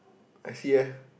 I see eh